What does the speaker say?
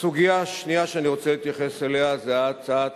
הסוגיה השנייה שאני רוצה להתייחס אליה זה הצעת